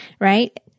right